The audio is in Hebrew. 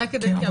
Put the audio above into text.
רק אדייק,